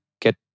get